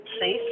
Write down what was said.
safe